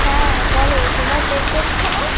হ্যাঁ বলো তোমার টেট পরীক্ষা না